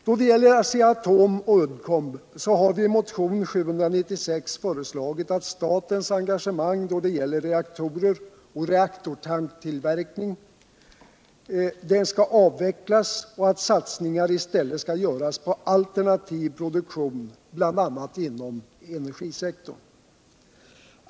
Då det gäller Asea-Atom och Uddcomb har vi i motionen 796 föreslagit att statens engagemang i reaktor och reaktortanktillverkningen skall avvecklas och all satsningar I stället skall göras på alternativ produktion. bl.a. inom energisektorn.